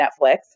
Netflix